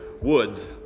woods